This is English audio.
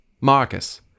Marcus